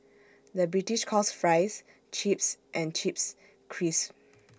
the British calls Fries Chips and Chips Crisps